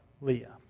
Leah